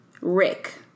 Rick